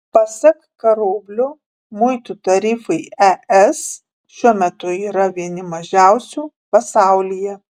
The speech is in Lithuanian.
pasak karoblio muitų tarifai es šiuo metu yra vieni mažiausių pasaulyje